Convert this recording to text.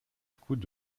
scouts